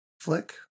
flick